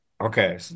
Okay